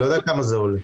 אני לא יודע כמה זה עולה.